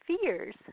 fears